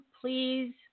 please